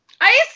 ice